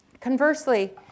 Conversely